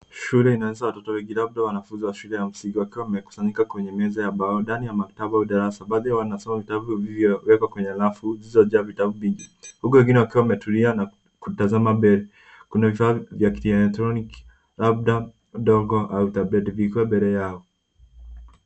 Shule inaweza watoto wengi laabda wanafuzi wa shule ya msingi wakiwa wamekusanyika kwenye meza ya mbao ndani ya maktaba au darasa. Baadhi yao wanasoma vitabu vilivyo wekwa kwenye rafu zisizo jaa vitabu vingi. Huku wengine wakiwa wametulia na kutazama mbele. Kuna vifaa vya kieletroniki labda dogo au tableti vikuwa mbele yao.